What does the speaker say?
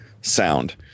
sound